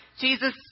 Jesus